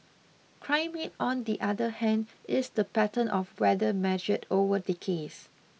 climate on the other hand is the pattern of weather measured over decades